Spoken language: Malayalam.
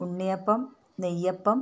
ഉണ്ണിയപ്പം നെയ്യപ്പം